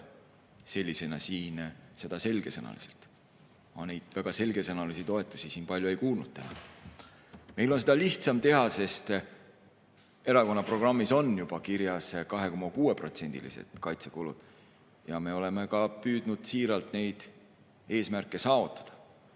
seda sellise selgesõnalisena. Ma väga selgesõnalisi toetusi siin palju ei kuulnud täna. Meil on seda lihtsam teha, sest meie erakonna programmis on juba kirjas 2,6%‑lised kaitsekulud ja me oleme ka püüdnud siiralt neid eesmärke saavutada.